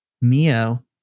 Mio